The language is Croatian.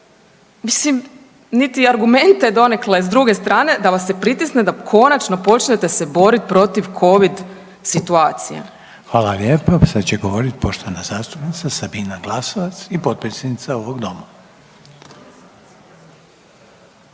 mislim niti argumente donekle, s druge strane, da vas se pritisne, da konačno počnete se boriti protiv Covid situacije. **Reiner, Željko (HDZ)** Hvala lijepa. Sad će govoriti poštovana zastupnica Sabina Glasovac i potpredsjednica ovog Doma.